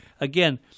again